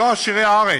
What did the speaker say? הם לא עשירי הארץ,